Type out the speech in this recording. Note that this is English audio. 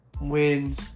wins